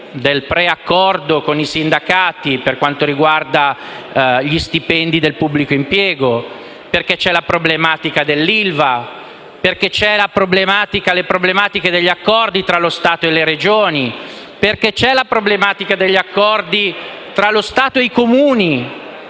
del preaccordo con i sindacati per quanto riguarda gli stipendi del pubblico impiego, la problematica dell'ILVA, le problematiche degli accordi tra lo Stato e le Regioni e la problematica degli accordi tra lo Stato e i Comuni,